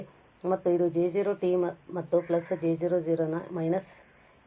ಮತ್ತು ಇದು J0 ಮತ್ತು ಪ್ಲಸ್ J0ನ −s ಲ್ಯಾಪ್ಲೇಸ್ ಗೆ ಸಮನಾಗಿರುತ್ತದೆ